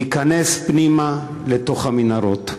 להיכנס פנימה לתוך המנהרות.